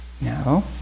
No